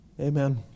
amen